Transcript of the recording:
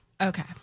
Okay